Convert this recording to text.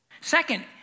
Second